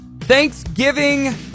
Thanksgiving